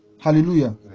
Hallelujah